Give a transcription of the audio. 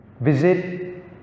Visit